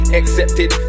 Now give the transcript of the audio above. accepted